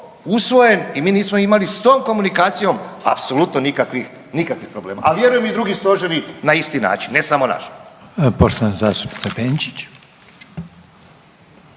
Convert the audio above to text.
usvojen i mi nismo imali s tom komunikacijom apsolutno nikakvih, nikakvih problema, a vjerujem i drugi stožeri na isti način, ne samo naš.